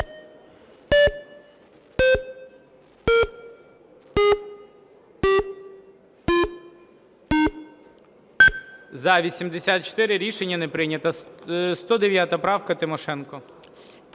За-84 Рішення не прийнято. 109 правка, Тимошенко.